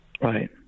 Right